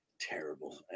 Terrible